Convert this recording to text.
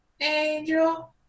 Angel